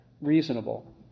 reasonable